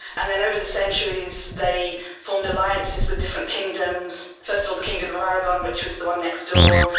and then over the centuries they formed alliances with different kingdoms, first of all the kingdom of aragon which was the one next door,